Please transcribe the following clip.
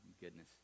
goodness